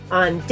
on